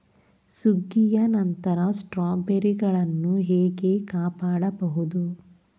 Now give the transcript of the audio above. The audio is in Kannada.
ಸುಗ್ಗಿಯ ನಂತರ ಸ್ಟ್ರಾಬೆರಿಗಳನ್ನು ಹೇಗೆ ಕಾಪಾಡ ಬಹುದು?